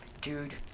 dude